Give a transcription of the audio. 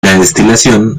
destilación